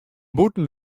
bûten